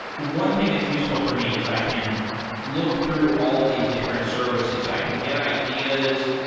one thing that's useful for me is i can look through all these different services. i can get ideas.